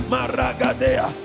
Maragadea